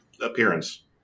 appearance